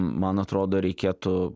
man atrodo reikėtų